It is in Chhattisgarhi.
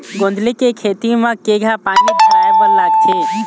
गोंदली के खेती म केघा पानी धराए बर लागथे?